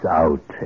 out